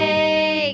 Hey